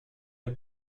der